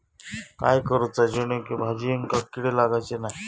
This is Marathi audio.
काय करूचा जेणेकी भाजायेंका किडे लागाचे नाय?